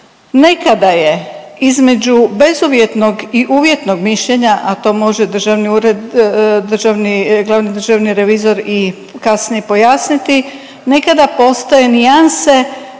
Nekada je između bezuvjetnog i uvjetnog mišljenja, a to može državni ured, glavni državni revizor i kasnije pojasniti, nekada postoje nijanse